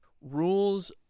rules